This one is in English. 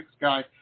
guy